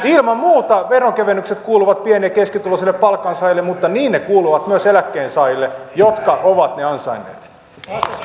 ilman muuta veronkevennykset kuuluvat pieni ja keskituloisille palkansaajille mutta niin ne kuuluvat myös eläkkeensaajille jotka ovat ne ansainneet